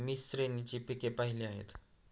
मी श्रेणीची पिके पाहिली आहेत